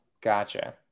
Gotcha